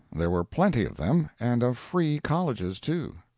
there were plenty of them, and of free colleges too.